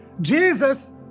Jesus